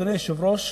אדוני היושב-ראש,